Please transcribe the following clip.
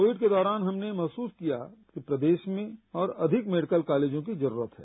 Covid के दौरान हमने महसूस किया कि प्रदेश में और अधिक मेडिकल कॉलेजों की जरूरत है